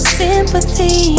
sympathy